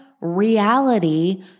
reality